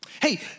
Hey